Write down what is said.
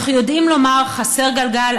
אנחנו יודעים לומר: חסר גלגל,